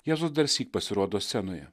jėzus darsyk pasirodo scenoje